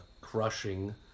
crushing